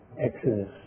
Exodus